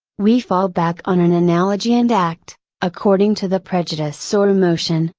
we fall back on an analogy and act according to the prejudice or emotion,